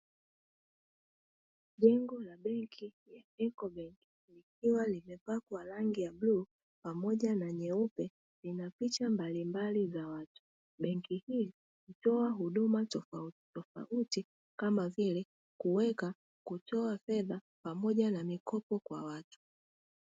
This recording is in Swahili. Jengo la benki ya "ECO BANK" likiwa limepakwa rangi ya bluu pamoja na nyeupe lina picha mbalimbali za watu. Benki hii hutoa huduma tofautitofauti kama vile: kuweka, kutoa fedha pamoja na mikopo kwa watu.